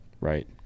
right